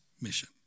mission